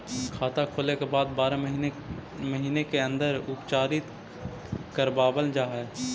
खाता खोले के बाद बारह महिने के अंदर उपचारित करवावल जा है?